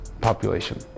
population